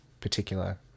particular